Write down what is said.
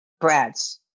Brad's